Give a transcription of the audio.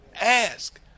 Ask